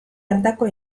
hartako